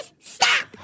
stop